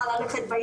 שלא תהיה אי הבנה,